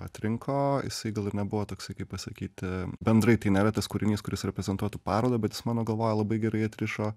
atrinko jisai gal ir nebuvo toksai kaip pasakyti bendrai tai nėra tas kūrinys kuris reprezentuotų parodą bet jis mano galvoje labai gerai atrišo